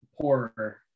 poorer